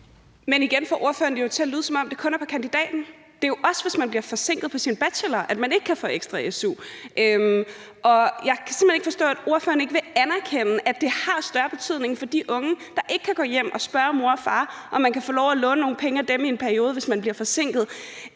Men igen får ordføreren det jo til at lyde, som om det kun er på kandidaten, men det er jo også, hvis man bliver forsinket på sin bachelor, at man ikke kan få ekstra su. Og jeg kan simpelt hen ikke forstå, at ordføreren ikke vil anerkende, at det har større betydning for de unge, der ikke kan gå hjem og spørge mor og far, om de kan få lov at låne nogle penge af dem i en periode, hvis man bliver forsinket,